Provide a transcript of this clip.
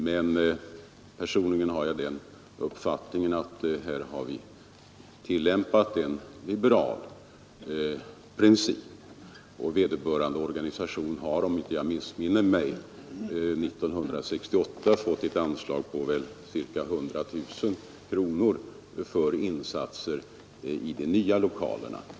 Men min personliga uppfattning är att vi i detta fall har tillämpat en liberal princip. Om jag inte missminner mig fick också den organisation det gäller år 1968 ett anslag på ca 100 000 kronor i samband med att man flyttade in i de nya lokalerna.